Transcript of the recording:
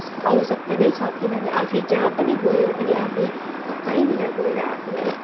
आवश्यकता नै छ किनभने आफै जहाँ पनि गएर पनि आफै काहीँनिर गोएर आफैलाई